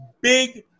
Big